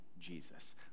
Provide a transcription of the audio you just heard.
Jesus